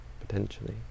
potentially